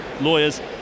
lawyers